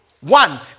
one